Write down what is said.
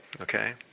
okay